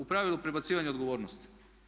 U pravilu prebacivanje odgovornosti.